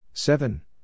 Seven